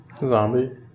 zombie